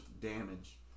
damage